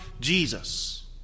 Jesus